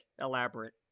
Elaborate